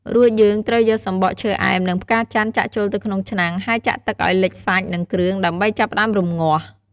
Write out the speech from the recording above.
រួចយើងត្រូវយកសំបកឈើអែម និង ផ្កាចន្ទន៍ចាក់ចូលទៅក្នុងឆ្នាំង ហើយចាក់ទឹកឱ្យលិចសាច់ និងគ្រឿង ដើម្បីចាប់ផ្ដើមរំងាស់។